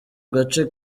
gace